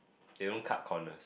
they don't cut corners